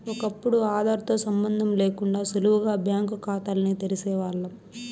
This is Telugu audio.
ఒకప్పుడు ఆదార్ తో సంబందం లేకుండా సులువుగా బ్యాంకు కాతాల్ని తెరిసేవాల్లం